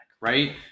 right